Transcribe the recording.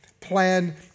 plan